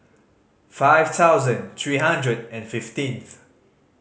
five thousand three hundred and fifteenth